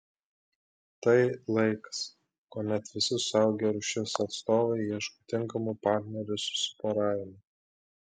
tai laikas kuomet visi suaugę rūšies atstovai ieško tinkamų partnerių susiporavimui